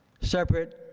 separate?